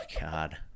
God